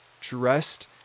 dressed